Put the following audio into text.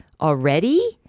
Already